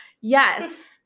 Yes